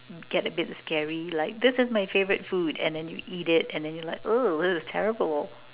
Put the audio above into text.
get a bit scary like this is my favorite food and then you eat it and then you're like ugh this is terrible